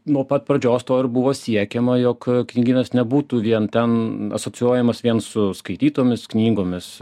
nuo pat pradžios to ir buvo siekiama jog knygynas nebūtų vien ten asocijuojamas vien su skaitytomis knygomis